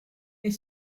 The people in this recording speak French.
est